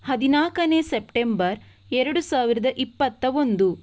ಹದಿನಾಲ್ಕನೇ ಸೆಪ್ಟೆಂಬರ್ ಎರಡು ಸಾವಿರದ ಇಪ್ಪತ್ತ ಒಂದು